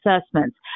assessments